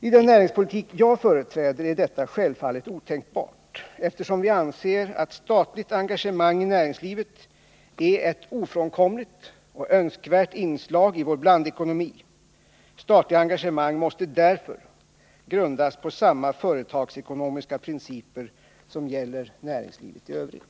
I den näringspolitik jag företräder är detta självfallet otänkbart, eftersom vi anser att statligt engagemang i näringslivet är ett ofrånkomligt och önskvärt inslag i vår blandekonomi. Statliga engagemang måste därför grundas på samma företagsekonomiska principer som gäller för näringslivet i övrigt.